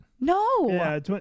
No